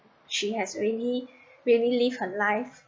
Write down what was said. she has really really lived her life